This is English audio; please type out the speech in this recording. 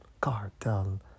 Cartel